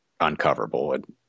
uncoverable